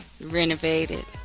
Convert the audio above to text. renovated